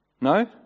No